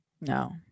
No